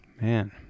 Man